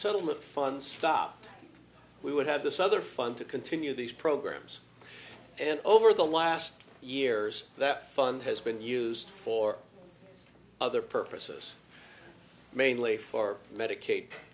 settlement fund stopped we would have this other fund to continue these programs and over the last years that fund has been used for other purposes mainly for medica